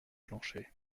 plancher